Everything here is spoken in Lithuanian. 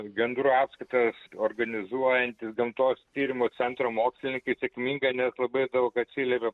gandrų apskaitas organizuojantys gamtos tyrimų centro mokslininkai sėkminga nes labai daug atsiliepė